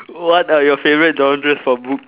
what are your favourite genres for book